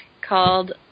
called